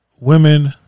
women